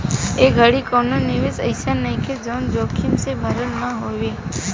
ए घड़ी कवनो निवेश अइसन नइखे जवन जोखिम से भरल ना होखे